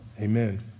Amen